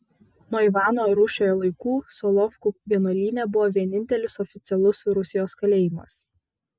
nuo ivano rūsčiojo laikų solovkų vienuolyne buvo vienintelis oficialus rusijos kalėjimas